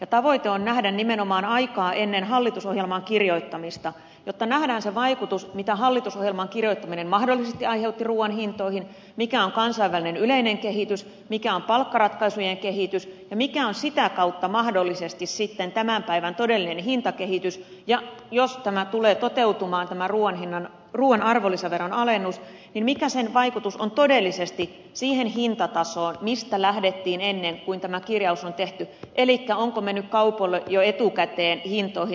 tavoite on nähdä nimenomaan aika ennen hallitusohjelman kirjoittamista jotta nähdään se vaikutus minkä hallitusohjelman kirjoittaminen mahdollisesti aiheutti ruuan hintoihin mikä on kansainvälinen yleinen kehitys mikä on palkkaratkaisujen kehitys mikä on sitä kautta mahdollisesti tämän päivän todellinen hintakehitys ja jos tämä tulee toteutumaan ruuan hinnan ruuan arvonlisäveron alennus tulee toteutumaan mikä sen vaikutus on todellisesti siihen hintatasoon mistä lähdettiin ennen kuin tämä kirjaus on tehty elikkä onko mennyt kaupoille jo etukäteen hintoihin